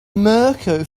mirco